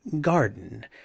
garden